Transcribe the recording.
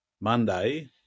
Monday